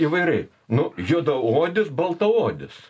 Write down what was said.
įvairiai nu juodaodis baltaodis